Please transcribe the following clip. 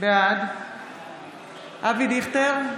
בעד אבי דיכטר,